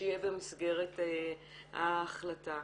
שיהיה במסגרת ההחלטה.